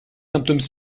symptômes